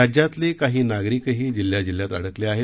राज्यातले काही नागरिकही जिल्ह्या जिल्ह्यात अडकले आहेत